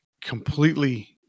completely